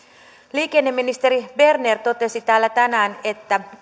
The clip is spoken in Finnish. liikenneministeri berner totesi täällä tänään että